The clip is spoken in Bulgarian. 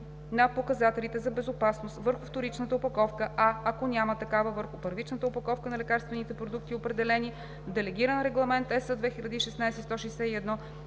на показателите за безопасност върху вторичната опаковка, а ако няма такава – върху първичната опаковка на лекарствените продукти, определени в Делегиран регламент (ЕС) 2016/161,